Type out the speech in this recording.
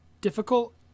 difficult